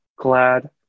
glad